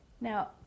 now